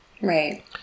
Right